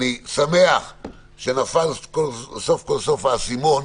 אני שמח שנפל סוף-סוף האסימון.